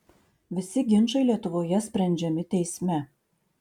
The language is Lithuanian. visi ginčai lietuvoje sprendžiami teisme